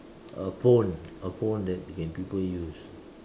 a phone a phone that can people use